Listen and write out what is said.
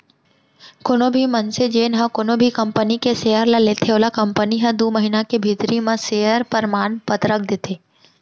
कोनो भी मनसे जेन ह कोनो भी कंपनी के सेयर ल लेथे ओला कंपनी ह दू महिना के भीतरी म सेयर परमान पतरक देथे